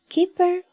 Keeper